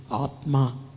Atma